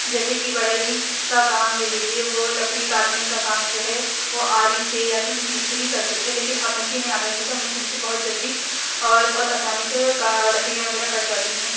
جیسے کہ بڑھئی کا کام لے لیجئے وہ لکڑی کاٹنے کا کام جو ہے وہ آری سے یا کسی چیز سے ہی کرتے تھے لیکن اب مشینیں آ گئی ہیں تو مشین سے بہت جلدی اور بہت آسانی سے لکڑیاں وغیرہ کٹ جاتی ہیں